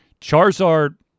Charizard